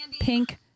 Pink